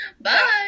Bye